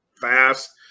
fast